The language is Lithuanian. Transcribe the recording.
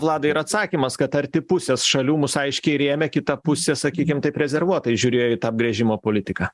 vladai ir atsakymas kad arti pusės šalių mus aiškiai rėmė kita pusė sakykim taip rezervuotai žiūrėjo į tą brėžimo politiką